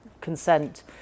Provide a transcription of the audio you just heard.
consent